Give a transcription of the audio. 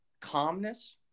calmness